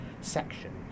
section